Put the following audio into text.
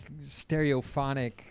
stereophonic